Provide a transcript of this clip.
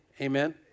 Amen